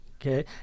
Okay